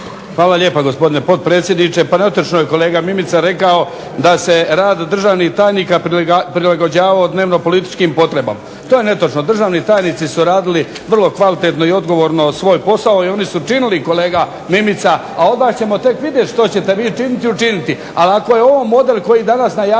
Hvala lijepa, gospodine potpredsjedniče. Pa netočno je kolega Mimica rekao da se rad državnih tajnika prilagođavao dnevno političkim potrebama. To je netočno. Državni tajnici su radili vrlo kvalitetno i odgovorno svoj posao i oni su činili kolega Mimica, a od vas ćemo tek vidjeti što ćete vi činiti i učiniti.